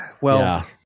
Well-